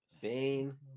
Bane